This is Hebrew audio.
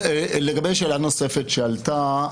לגבי שאלה נוספת שעלתה,